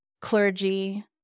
clergy